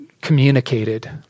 communicated